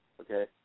okay